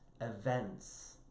events